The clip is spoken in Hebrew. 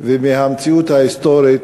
ומהמציאות ההיסטורית.